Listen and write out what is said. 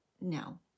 No